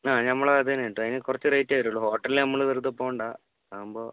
ആഹ് നമ്മളെ അതുതന്നെയാണ് കേട്ടോ അതിന് കുറച്ച് റെയ്റ്റേ വരുള്ളൂ ഹോട്ടലിൽ നമ്മൾ വെറുതെ പോകണ്ട അതാകുമ്പോൾ